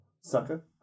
sucker